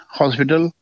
hospital